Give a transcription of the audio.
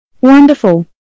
wonderful